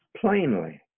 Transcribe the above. plainly